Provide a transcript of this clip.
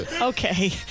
Okay